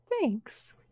Thanks